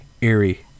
eerie